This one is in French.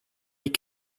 est